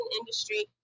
industry